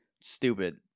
Stupid